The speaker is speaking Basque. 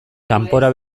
kanpora